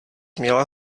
měla